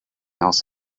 else